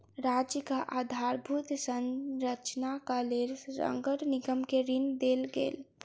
राज्यक आधारभूत संरचनाक लेल नगर निगम के ऋण देल गेल